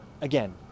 Again